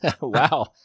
Wow